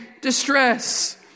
distress